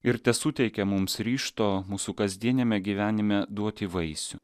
ir tesuteikia mums ryžto mūsų kasdieniame gyvenime duoti vaisių